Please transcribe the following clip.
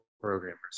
programmers